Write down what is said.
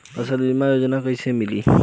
फसल बीमा योजना कैसे मिलेला?